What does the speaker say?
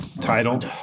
title